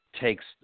takes